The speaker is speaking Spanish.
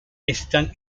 están